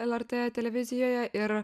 lrt televizijoje ir